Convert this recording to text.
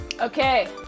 Okay